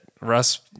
Russ